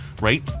right